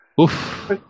Oof